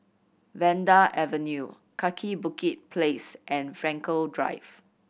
Vanda Avenue Kaki Bukit Place and Frankel Drive